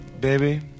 Baby